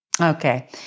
Okay